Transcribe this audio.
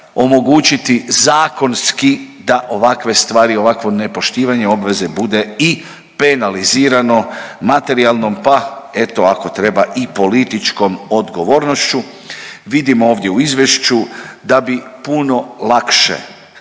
omogućiti zakonski da ovakve stvari i ovakvo nepoštivanje obveze bude i penalizirano materijalnom pa eto ako treba i političkom odgovornošću. Vidimo ovdje u izvješću da bi puno lakše